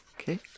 Okay